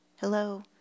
Hello